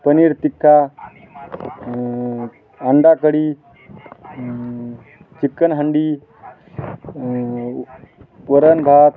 पनीर तिक्खा अंडा कढी चिकन हांडी वरण भात